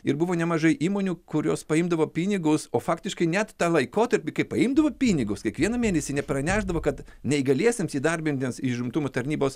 ir buvo nemažai įmonių kurios paimdavo pinigus o faktiškai net tą laikotarpį kai paimdavo pinigus kiekvieną mėnesį nepranešdavo kad neįgaliesiems įdarbintiems į užimtumo tarnybos